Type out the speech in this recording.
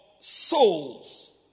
souls